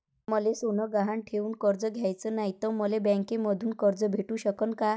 मले सोनं गहान ठेवून कर्ज घ्याचं नाय, त मले बँकेमधून कर्ज भेटू शकन का?